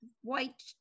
white